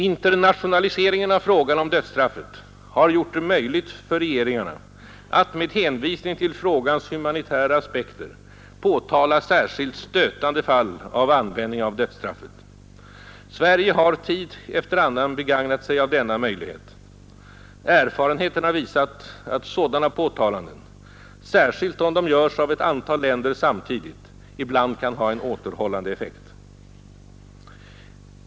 Internationaliseringen av frågan om dödsstraffet har gjort det möjligt för regeringarna att med hänvisning till frågans humanitära aspekter påtala särskilt stötande fall av användning av dödsstraffet. Sverige har tid efter annan begagnat sig av denna möjlighet. Erfarenheten har visat att sådana påtalanden, särskilt om de görs av ett antal länder samtidigt, ibland kan ha en återhållande effekt.